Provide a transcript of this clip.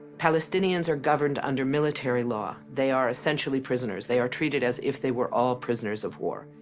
palestinians are governed under military law. they are essentially prisoners. they are treated as if they were all prisoners of war.